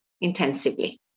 intensively